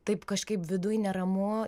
taip kažkaip viduj neramu